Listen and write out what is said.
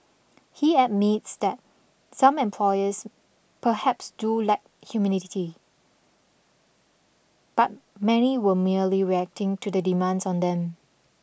he admits that some employers perhaps do lack huminity but many were merely reacting to the demands on them